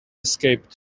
escaped